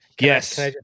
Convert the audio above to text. Yes